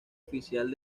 oficial